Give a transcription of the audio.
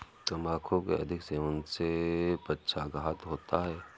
तंबाकू के अधिक सेवन से पक्षाघात होता है